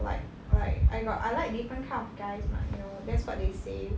like like I got I like different kind of guys mah you know that's what they say